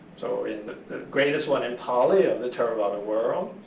so in the greatest one in pali of the theravada world,